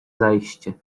zajście